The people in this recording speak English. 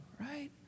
right